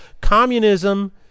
communism